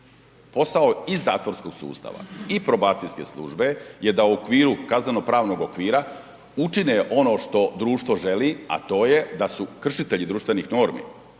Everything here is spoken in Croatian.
Posao i zatvorskog sustava i probacijske službe je da u okviru kaznenopravnog okvira učine ono što društvo želi, a to je da su kršitelji društvenih normi